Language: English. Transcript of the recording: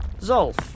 Zolf